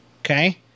okay